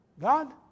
God